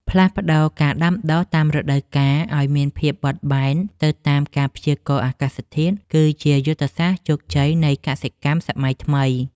ផ្លាស់ប្តូរការដាំដុះតាមរដូវកាលឱ្យមានភាពបត់បែនទៅតាមការព្យាករណ៍អាកាសធាតុគឺជាយុទ្ធសាស្ត្រជោគជ័យនៃកសិកម្មសម័យថ្មី។